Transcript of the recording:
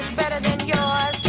better than yours.